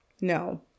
No